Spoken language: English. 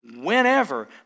whenever